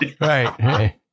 Right